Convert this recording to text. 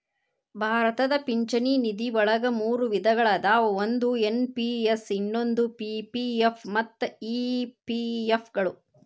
ಭಾರತದ ಪಿಂಚಣಿ ನಿಧಿವಳಗ ಮೂರು ವಿಧಗಳ ಅದಾವ ಒಂದು ಎನ್.ಪಿ.ಎಸ್ ಇನ್ನೊಂದು ಪಿ.ಪಿ.ಎಫ್ ಮತ್ತ ಇ.ಪಿ.ಎಫ್ ಗಳು